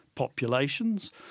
populations